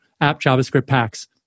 app/javascript/packs